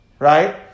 right